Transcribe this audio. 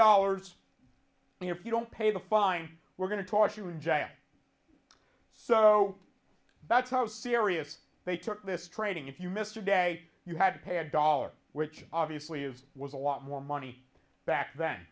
dollars and if you don't pay the fine we're going to toss you in jail so that's how serious they took this training if you missed a day you had to pay a dollar which obviously is was a lot more money back then